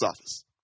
office